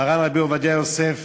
מרן רבי עובדיה יוסף